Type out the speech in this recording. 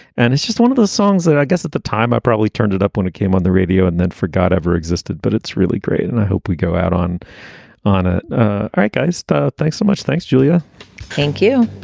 and it's just one of those songs that i guess at the time i probably turned it up when it came on the radio and then forgot ever existed. but it's really great and i hope we go out on on it. all right, guys, thanks so much. thanks, julia thank you.